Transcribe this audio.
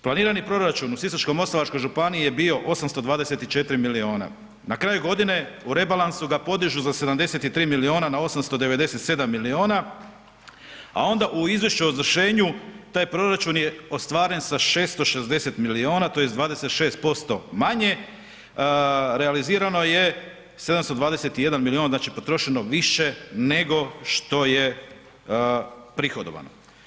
Planirani proračun u Sisačko-moslavačkoj županiji je bio 824 milijuna, na kraju godine u rebalansu ga podižu za 73 milijuna na 897 milijuna, a onda u Izvješću o izvršenju taj proračun je ostvaren sa 660 milijuna tj. 26% manje, realizirano je 721 milijun, znači potrošeno više nego što je prihodovano.